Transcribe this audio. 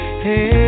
Hey